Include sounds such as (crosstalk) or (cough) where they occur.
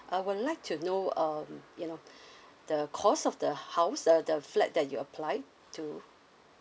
I would like to know um you know (breath) the cost of the house uh the flat that you applied to